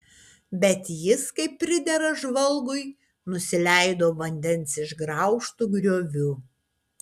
bet jis kaip pridera žvalgui nusileido vandens išgraužtu grioviu